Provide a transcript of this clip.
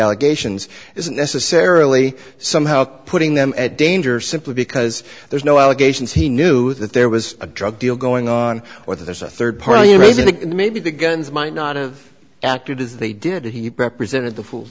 allegations isn't necessarily somehow putting them at danger simply because there's no allegations he knew that there was a drug deal going on or there's a third party reason that maybe the guns might not of acted as they did he represented the foo